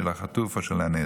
של החטוף או של הנעדר.